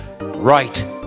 right